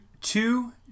two